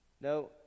No